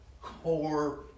core